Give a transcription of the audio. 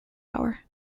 hour